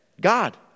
God